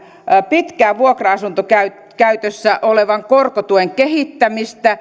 pitkään vuokra asuntokäytössä olevan korkotuen kehittämistä